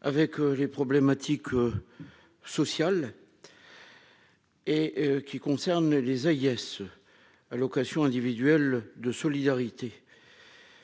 avec les problématiques sociales et qui concerne les Ayasse allocations individuelles de solidarité,